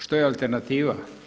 Što je alternativa?